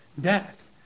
death